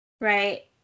right